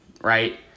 right